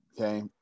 Okay